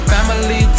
Family